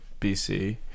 bc